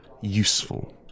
useful